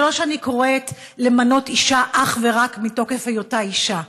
זה לא שאני קוראת למנות אישה אך ורק מתוקף היותה אישה,